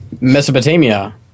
Mesopotamia